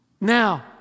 Now